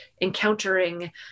encountering